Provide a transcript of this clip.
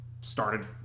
started